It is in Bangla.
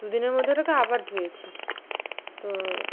দু দিনের মধ্যে ওটাকে আবার ধুয়েছি তো